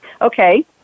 okay